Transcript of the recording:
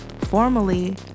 formally